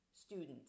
students